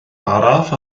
araf